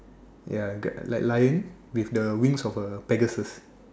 ya like lion with the wings of a Pegasus